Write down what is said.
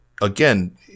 Again